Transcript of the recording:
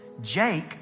Jake